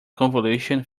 convolution